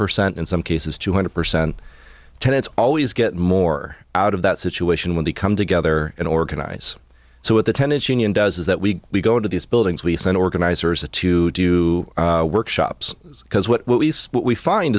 percent in some cases two hundred percent tenants always get more out of that situation when they come together and organize so at the tenants union does is that we we go to these buildings we send organizers to to do workshops because what we see what we find